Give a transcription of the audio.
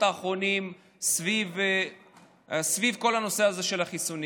האחרונים סביב כל הנושא הזה של החיסונים.